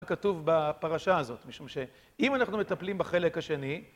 כתוב בפרשה הזאת, משום שאם אנחנו מטפלים בחלק השני